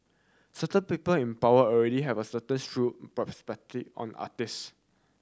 certain people in power already have a certain strew prospectively on artist